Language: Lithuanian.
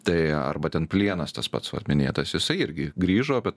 tai arba ten plienas tas pats minėtas jisai irgi grįžo bet